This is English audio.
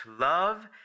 love